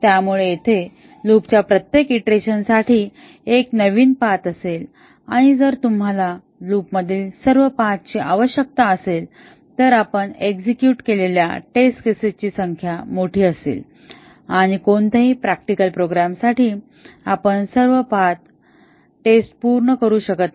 त्यामुळे तेथे लूपच्या प्रत्येक इटरेशन साठी एक नवीन पाथ असेल आणि जर तुम्हाला लूपमधील सर्व पाथ ची आवश्यकता असेल तर आपण एक्झेक्युट केलेल्या टेस्ट केसेसची संख्या मोठी असेल आणि कोणत्याही प्रॅक्टिकल प्रोग्रामसाठी आपण सर्व पाथ टेस्ट पूर्ण करू शकत नाही